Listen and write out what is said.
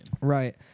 right